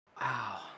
Wow